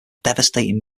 devastating